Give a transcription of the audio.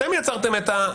אתם יצרתם את זה.